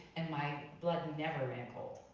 and my blood never ran cold.